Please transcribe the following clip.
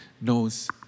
knows